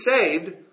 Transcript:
saved